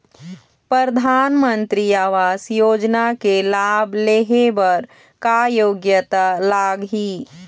परधानमंतरी आवास योजना के लाभ ले हे बर का योग्यता लाग ही?